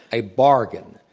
a bargain.